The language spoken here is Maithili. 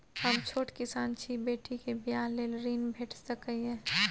हम छोट किसान छी, बेटी के बियाह लेल ऋण भेट सकै ये?